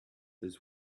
his